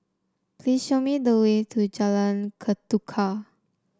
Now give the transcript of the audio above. please show me the way to Jalan Ketuka